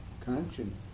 Conscience